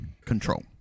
control